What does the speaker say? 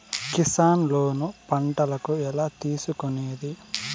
Kisan loan పంటలకు ఎలా తీసుకొనేది?